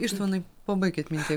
ištvanui pabaikit mintį